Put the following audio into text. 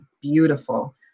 beautiful